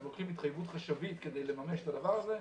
התחייבות חשבית כדי לממש את הדבר הזה,